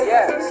Yes